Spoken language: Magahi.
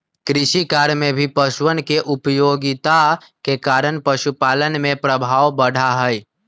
कृषिकार्य में भी पशुअन के उपयोगिता के कारण पशुपालन के प्रभाव बढ़ा हई